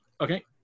Okay